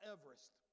Everest